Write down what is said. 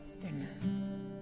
amen